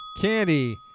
Candy